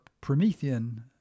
promethean